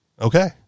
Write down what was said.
Okay